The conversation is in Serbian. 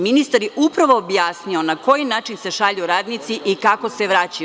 Ministar je upravo objasnio na koji način se šalju radnici i kako se vraćaju.